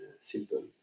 simple